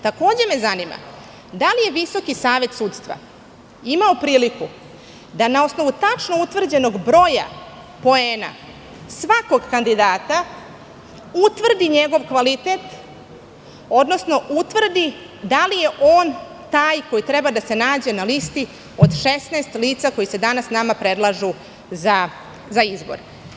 Takođe me zanima da li je Visoki savet sudstva imao priliku da na osnovu tačno utvrđenog broja poena svakog kandidata utvrdi njegov kvalitet, odnosno utvrdi da li je on taj koji treba da se nađe na listi od 16 lica koji se nama danas predlažu za izbor?